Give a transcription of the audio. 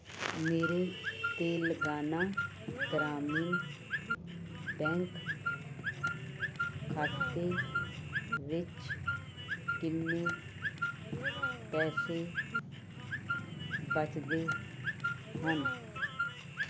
ਮੇਰੇ ਤੇਲੰਗਾਨਾ ਗ੍ਰਾਮੀਣ ਬੈਂਕ ਖਾਤੇ ਵਿੱਚ ਕਿੰਨੇ ਪੈਸੇ ਬਚਦੇ ਹਨ